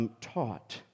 taught